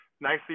nicely